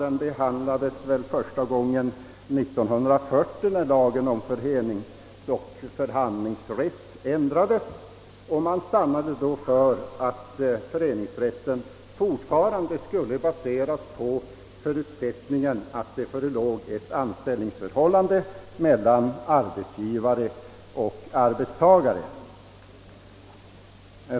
Den behandlades här första gången 1940, när lagen om föreningsoch förhandlingsrätt ändrades. Man stannade då för att föreningsrätten fortfarande skulle baseras på förutsättningen att det förelåg ett anställningsförhållande mellan arbetsgivare och arbetstagare.